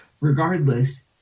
Regardless